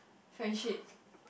friendship